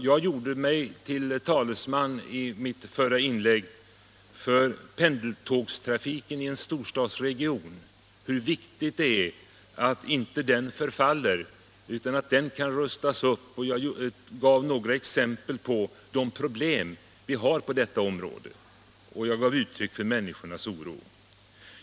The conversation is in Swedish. Jag gjorde mig i mitt förra inlägg till talesman för pendeltågstrafiken i Stockholmsregionen och betonade hur viktigt det är att inte den förfaller utan att den kan rustas upp. Jag gav några exempel på de problem vi har på detta område, och jag gav uttryck för människornas oro.